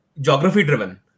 geography-driven